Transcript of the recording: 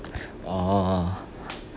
orh